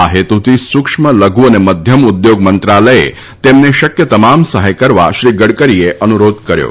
આ હેતુથી સુક્ષ્મ લધુ અને મધ્યમ ઉદ્યોગ મંત્રાલયે તેમને શક્ય તમામ સહાય કરવા શ્રી ગડકરીએ અનુરોધ કર્યો હતો